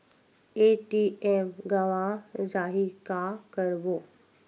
ATM गवां जाहि का करबो?